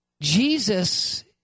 Jesus